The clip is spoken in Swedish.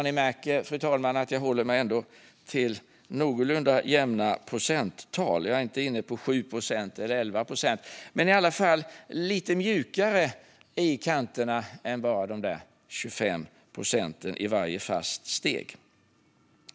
Ni märker, fru talman, att jag ändå håller mig till någorlunda jämna procenttal; jag är inte inne på 7 eller 11 procent. Det borde vara lite mjukare i kanterna än bara de där 25 procenten i varje fast steg.